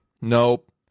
Nope